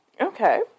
Okay